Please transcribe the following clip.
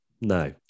no